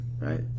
right